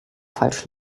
falsch